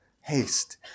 Haste